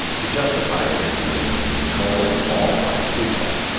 to justify excluding and controlling all black people.